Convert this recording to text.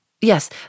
Yes